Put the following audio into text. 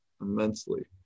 immensely